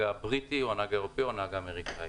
הבריטי או הנהג האירופאי או הנהג האמריקני.